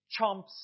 chomps